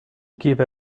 give